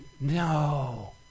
No